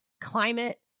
climate